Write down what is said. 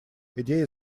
идея